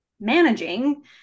managing